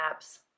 apps